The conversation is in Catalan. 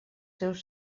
seus